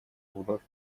вновь